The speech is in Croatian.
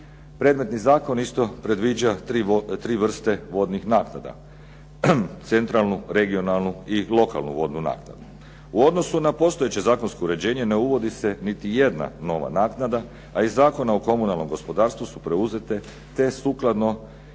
Predmetni Zakon isto predviđa tri vrste vodnih naknada, centralnu, regionalno i lokalnu vodnu naknadu. U odnosu na postojeće zakonsko uređenje ne uvodi se niti jedna vodna naknada a iz Zakona o komunalnom gospodarstvu su preuzete te sukladno